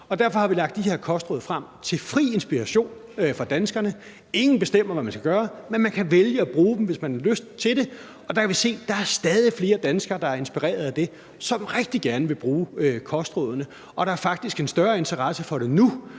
Derfor har vi lagt de her kostråd frem til fri inspiration for danskerne. Ingen bestemmer, hvad man skal gøre, men man kan vælge at bruge dem, hvis man har lyst til det. Og vi kan se, at der er stadig flere danskere, der er inspireret af det, og som rigtig gerne vil bruge kostrådene. Der er faktisk en større interesse for det nu,